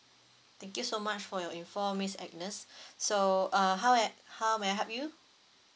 thank you so much for your info miss agnes so uh how a~ how may I help you